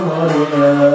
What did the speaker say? Maria